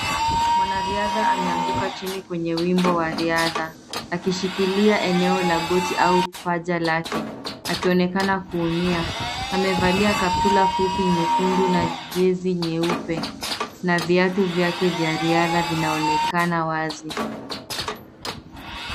Mwanariadha ameanguka chini kwenye wimbo wa riadha, akishikilia eneo la goti au paja lake, akionekana kuumia. Amevalia kaptula fupi nyekundu na jezi nyeupe na viatu vyake vya riadha vinaonekana wazi.